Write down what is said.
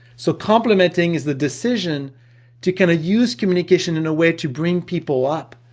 so complimenting is the decision to kinda use communication in a way to bring people up,